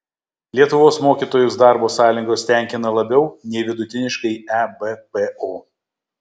lietuvos mokytojus darbo sąlygos tenkina labiau nei vidutiniškai ebpo